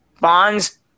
Bonds